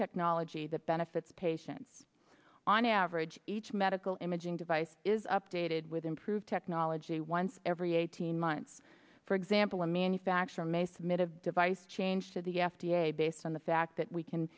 technology that benefits patients on average each medical imaging device is updated with improved technology once every eighteen months for example a manufacturer may submit a device change to the f d a based on the fact that we can